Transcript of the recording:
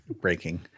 breaking